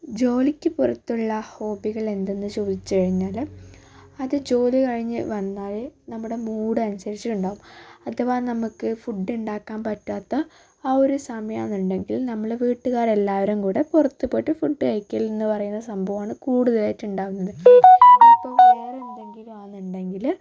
ജോലിയ്ക്കു പുറത്തുള്ള ഹോബികളെന്തെന്ന് ചോദിച്ചു കഴിഞ്ഞാൽ അത് ജോലി കഴിഞ്ഞു വന്നാൽ നമ്മുടെ മൂഡ് അനുസരിച്ചിട്ടുണ്ടാവും അഥവാ നമുക്ക് ഫുഡ്ഡ് ഉണ്ടാക്കാൻ പറ്റാത്ത ആ ഒരു സമയമാണെങ്കിൽ നമ്മൾ വീട്ടുകാരെല്ലാവരും കൂടി പുറത്തുപോയിട്ട് ഫുഡ്ഡ് കഴിക്കലെന്നു പറയുന്ന സംഭവമാണ് കുടുതലായിട്ട് ഉണ്ടാകുന്നത് അപ്പോൾ വേറെന്തെങ്കിലുമാണെങ്കിൽ